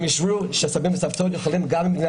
הם אישרו שסבים וסבתות יכולים להגיע גם ממדינה